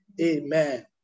Amen